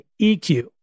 EQ